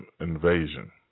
Invasion